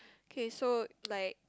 okay so like